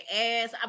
ass